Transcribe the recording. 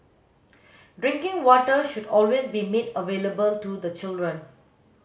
drinking water should always be made available to the children